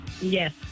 Yes